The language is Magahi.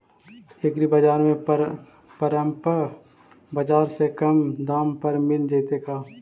एग्रीबाजार में परमप बाजार से कम दाम पर मिल जैतै का?